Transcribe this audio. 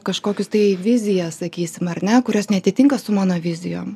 kažkokius tai viziją sakysim ar ne kurios neatitinka su mano vizijom